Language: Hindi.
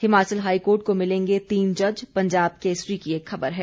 हिमाचल हाईकोर्ट को मिलेंगे तीन जज पंजाब केसरी की एक खबर है